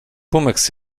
pumeks